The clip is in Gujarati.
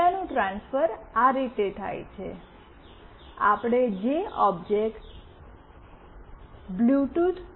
ડેટાનું ટ્રાન્સફર આ રીતે થાય છે આપણે જે ઑબ્જેક્ટ બ્લૂટૂથ